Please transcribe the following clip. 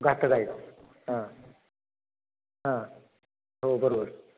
घातक हाय हां हां हो बरोबर